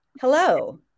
hello